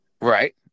Right